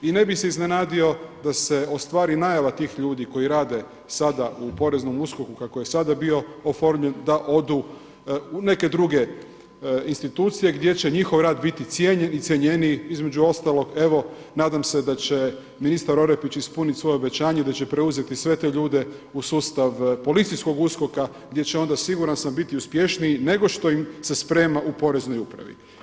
I ne bih se iznenadio da se ostvari najava tih ljudi koji rade sada u poreznom USKOK-u kako je sada bio oformljen, da odu u neke druge institucije gdje će njihov rad biti cijenjen i cjenjeniji između ostalog evo, nadam se da će ministar Orepić ispuniti svoje obećanje, da će preuzeti sve te ljude u sustav policijskog USKOK-a gdje će onda siguran sam biti uspješniji nego što im se sprema u poreznoj upravi.